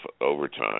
overtime